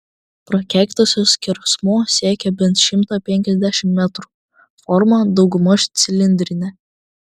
prakeiktosios skersmuo siekia bent šimtą penkiasdešimt metrų forma daugmaž cilindrinė